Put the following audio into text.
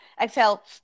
exhale